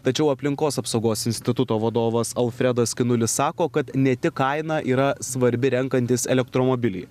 tačiau aplinkos apsaugos instituto vadovas alfredas skinulis sako kad ne tik kaina yra svarbi renkantis elektromobilį